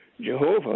Jehovah